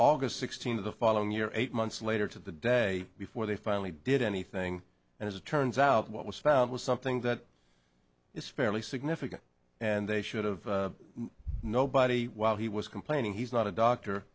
august sixteenth of the following year eight months later to the day before they finally did anything and as it turns out what was found was something that is fairly significant and they should've nobody while he was complaining he's not a doctor